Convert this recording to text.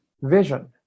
vision